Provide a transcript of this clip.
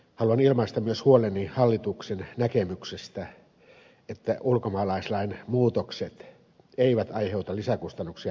haluan ilmaista myös huoleni hallituksen näkemyksestä että ulkomaalaislain muutokset eivät aiheuta lisäkustannuksia yhteiskunnalle